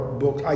book